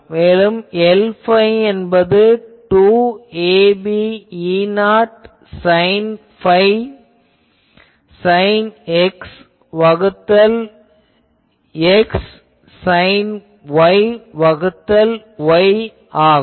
மேலும் Lϕ என்பது 2ab E0 sine phi sine X வகுத்தல் X சைன் Y வகுத்தல் Y ஆகும்